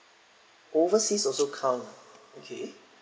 overseas also count okay